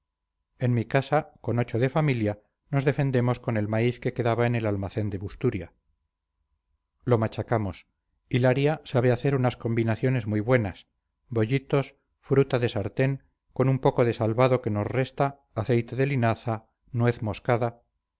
en mi casa con ocho de familia nos defendemos con el maíz que quedaba en el almacén de busturia lo machacamos hilaria sabe hacer unas combinaciones muy buenas bollitos fruta de sartén con un poco de salvado que nos resta aceite de linaza nuez moscada